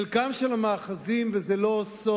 חלק מהמאחזים, וזה לא סוד,